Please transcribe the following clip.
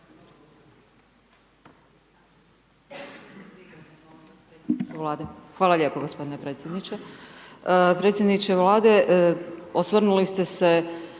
Hvala lijepa gospodine predsjedatelju,